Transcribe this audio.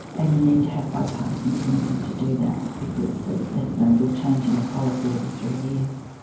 and you need to have bipartisan commitment to do that, because it's it's no good changing your policy every three years.